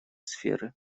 сферы